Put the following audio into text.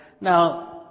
now